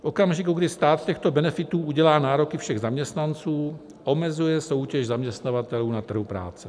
V okamžiku, kdy stát z těchto benefitů udělá nároky všech zaměstnanců, omezuje soutěž zaměstnavatelů na trhu práce.